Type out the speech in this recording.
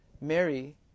Mary